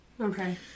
Okay